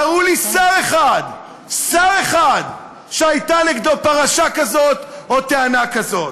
תראו לי שר אחד שהייתה נגדו פרשה כזאת או טענה כזאת.